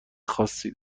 خاصی